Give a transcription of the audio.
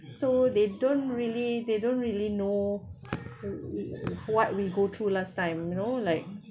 so they don't really they don't really know what we go through last time you know like